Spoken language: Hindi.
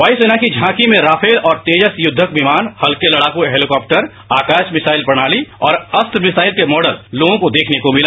वायुसेना की झांकी में राफेल और तेजस युद्धक विमान हल्के लड़ाकू हेलीकाप्टर आकाश मिसाइल प्रणाली और अस्त्र मिसाइल के मॉडल लोगों को देखने को मिला